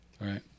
right